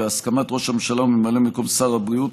בהסכמת ראש הממשלה וממלא מקום שר הבריאות,